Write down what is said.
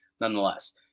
nonetheless